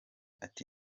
ati